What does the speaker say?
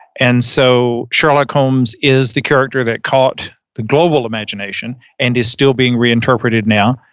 and so sherlock holmes is the character that caught the global imagination and is still being reinterpreted now.